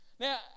Now